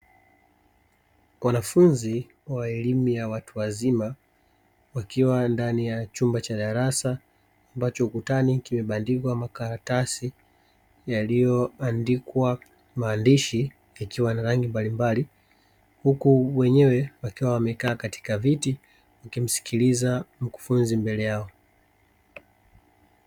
Wanafunzi wa elimu ya watu wazima wakiwa ndani ya chumba cha darasa ambacho ukutani kimebandikwa makaratasi, yaliyoandikwa maandishi ikiwa na rangi mbalimbali, huku wenyewe wakiwa wamekaa katika viti wakimsikiliza mkufunzi mbele yao.